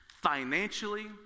financially